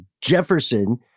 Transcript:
Jefferson